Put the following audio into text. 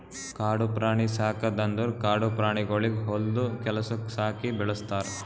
ಕಾಡು ಪ್ರಾಣಿ ಸಾಕದ್ ಅಂದುರ್ ಕಾಡು ಪ್ರಾಣಿಗೊಳಿಗ್ ಹೊಲ್ದು ಕೆಲಸುಕ್ ಸಾಕಿ ಬೆಳುಸ್ತಾರ್